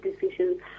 decisions